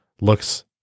looks